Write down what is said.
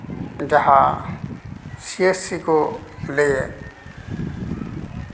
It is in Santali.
ᱡᱟᱦᱟᱸ ᱥᱤ ᱮᱥ ᱥᱤ ᱠᱚ ᱞᱟᱹᱭᱮᱫ